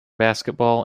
basketball